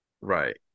Right